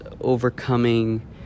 overcoming